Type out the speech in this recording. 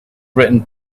written